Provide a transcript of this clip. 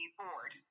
board